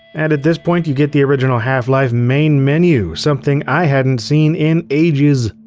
and at this point you get the original half-life main menu, something i hadn't seen in ages.